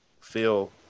feel